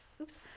oops